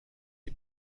les